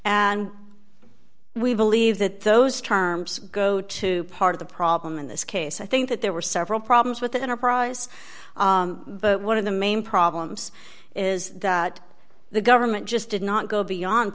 and we believe that those terms go to part of the problem in this case i think that there were several problems with the enterprise but one of the main problems is that the government just did not go beyond